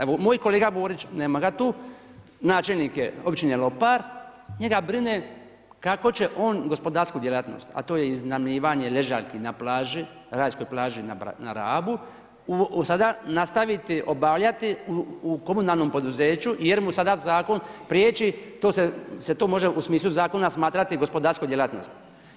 Evo moj kolega Borić, nema ga tu, načelnik je općine Lopar, njega brine kako će on gospodarsku djelatnost, a to je iznajmljivanje ležaljki na plažu, na rajskoj plaži na Rabu sada nastaviti obavljati u komunalnom poduzeću jer mu sada zakon priječi da se to može u smislu zakona smatrati gospodarskom djelatnosti.